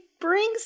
brings